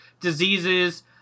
diseases